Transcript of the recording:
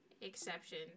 exception